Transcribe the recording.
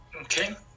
Okay